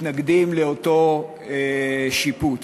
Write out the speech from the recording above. מתנגדים לאותו שיפוץ.